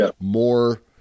more